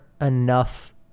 enough